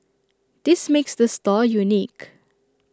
this makes the store unique